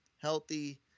healthy